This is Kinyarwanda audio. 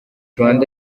rwanda